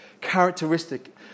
characteristic